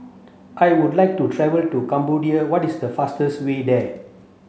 I would like to travel to Cambodia what is the fastest way there